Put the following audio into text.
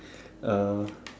uh